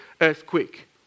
earthquake